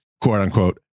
quote-unquote